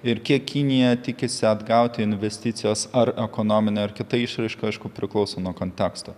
ir kiek kinija tikisi atgauti investicijas ar ekonomine ar kita išraiška aišku priklauso nuo konteksto